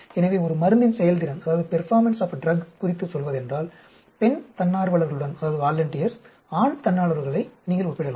எனவே ஒரு மருந்தின் செயல்திறன் குறித்து சொல்வதென்றால் பெண் தன்னார்வலர்களுடன் ஆண் தன்னார்வலர்களை நீங்கள் ஒப்பிடலாம்